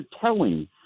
telling